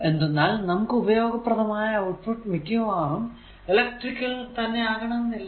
എന്തെന്നാൽ നമുക്ക് ഉപയോഗപ്രദമായ ഔട്ട്പുട്ട് മിക്കവാറും ഇലെക്ട്രിക്കൽ തന്നെ ആകണമെന്നില്ല